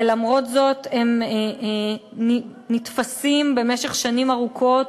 ולמרות זאת הם נתפסים במשך שנים ארוכות,